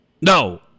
no